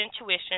intuition